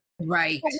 Right